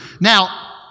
Now